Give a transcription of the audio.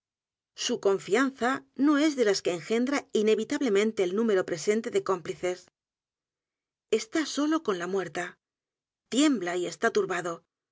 su confianza no es de las que engendra inevitablemente el número presente de cómplices está solo con la muerta tiembla y está